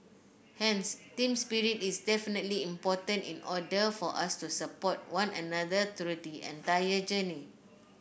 hence team spirit is definitely important in order for us to support one another through the entire journey